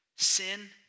Sin